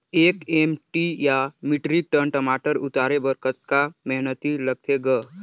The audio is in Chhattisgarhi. एक एम.टी या मीट्रिक टन टमाटर उतारे बर कतका मेहनती लगथे ग?